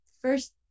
first